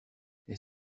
est